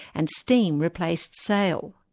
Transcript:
and steam replaced sail.